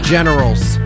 Generals